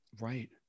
right